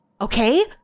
Okay